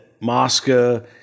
Moscow